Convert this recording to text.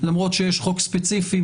למרות שיש חוק ספציפי,